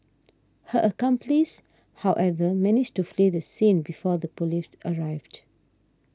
her accomplice however managed to flee the scene before the police arrived